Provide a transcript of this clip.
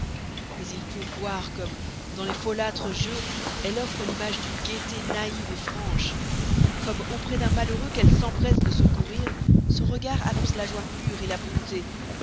mais il faut voir comme dans les folâtres jeux elle offre l'image d'une gaîté naïve franche comme auprès d'un malheureux qu'elle s'empresse de secourir son regard annonce la joie pure et la bonté